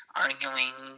arguing